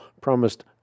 promised